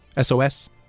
SOS